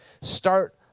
start